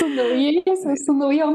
su naujaisiais su naujom